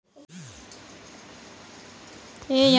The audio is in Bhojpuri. सर्वोत्तम खेती खातिर मिट्टी के जाँच कईसे होला?